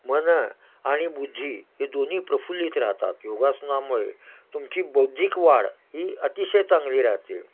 मन आणि बुद्धी हे दोन्ही प्रफुल्लित राहतात योगासनामुळे तुमची बौद्धिक वाढ ही अतिशय चांगली राहते